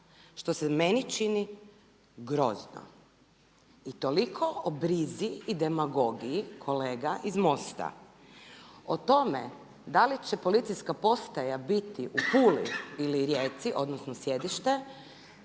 što se meni čini grozno. I toliko o brzi i demagogiji kolega iz MOST-a. O tome da li će policijska postaja biti u Puli ili Rijeci, odnosno sjedište